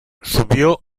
subió